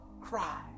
cry